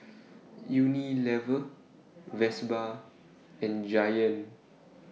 Unilever Vespa and Giant